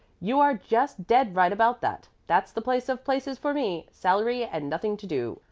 you are just dead right about that. that's the place of places for me. salary and nothing to do!